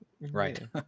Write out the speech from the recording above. Right